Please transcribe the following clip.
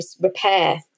repair